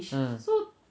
hmm